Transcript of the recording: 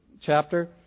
Chapter